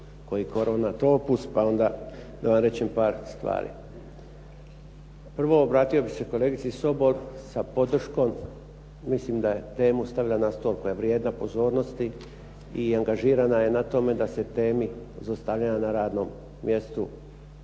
ne razumije./… pa onda da vam rečem par stvari. Prvo vratio bih se kolegici Sobol, sa podrškom mislim da je temu stavila na stol koja je vrijedna pozornosti i angažirana je na tome da se temi zlostavljanja na radnom mjestu